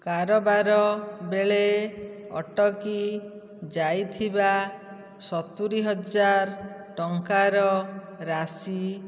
କାରବାର ବେଳେ ଅଟକି ଯାଇଥିବା ସତୁରୀ ହଜାର ଟଙ୍କାର ରାଶି